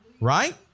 Right